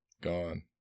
Gone